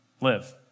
live